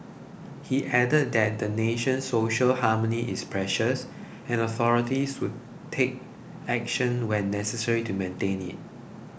he added that the nation's social harmony is precious and authorities will take action when necessary to maintain it